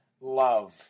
love